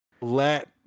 let